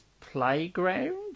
Playground